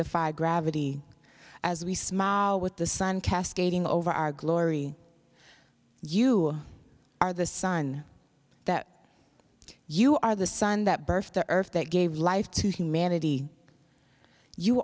defy gravity as we smile with the sun cascading over our glory you are the sun that you are the sun that birth to earth that gave life to humanity you